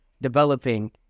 developing